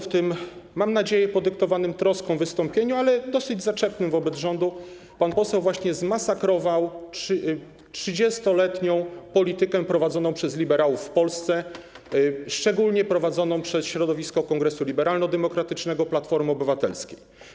W tym wystąpieniu, mam nadzieję, podyktowanym troską, ale dosyć zaczepnym wobec rządu, pan poseł właśnie zmasakrował 30-letnią politykę prowadzoną przez liberałów w Polsce, szczególnie prowadzoną przez środowisko Kongresu Liberalno-Demokratycznego, Platformy Obywatelskiej.